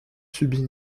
subit